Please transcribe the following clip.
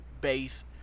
base